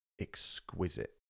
exquisite